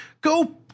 Go